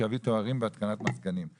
שיביא תארים בהתקנת מזגנים;